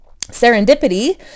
Serendipity